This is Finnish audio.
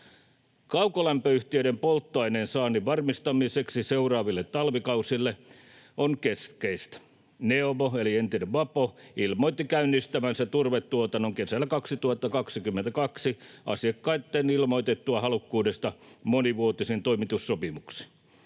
Kaukolämpöyhtiöiden polttoaineen saannin varmistaminen seuraaville talvikausille on keskeistä. Neova eli entinen Vapo ilmoitti käynnistävänsä turvetuotannon kesällä 2022 asiakkaitten ilmoitettua halukkuudesta monivuotisiin toimitussopimuksiin.